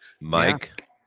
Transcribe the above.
mike